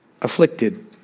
afflicted